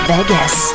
Vegas